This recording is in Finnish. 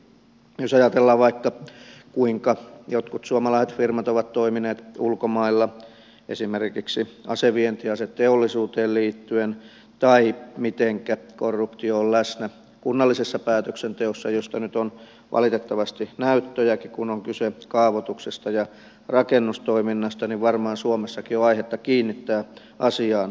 jos ajatellaan vaikka kuinka jotkut suomalaiset firmat ovat toimineet ulkomailla esimerkiksi asevientiin aseteollisuuteen liittyen tai mitenkä korruptio on läsnä kunnallisessa päätöksenteossa mistä nyt on valitettavasti näyttöjäkin kun on kyse kaavoituksesta ja rakennustoiminnasta niin varmaan suomessakin on aihetta kiinnittää asiaan huomiota